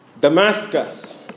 Damascus